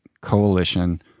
coalition